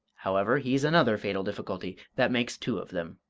however, he's another fatal difficulty. that makes two of them.